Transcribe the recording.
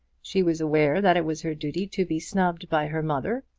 she was aware that it was her duty to be snubbed by her mother,